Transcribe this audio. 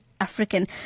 African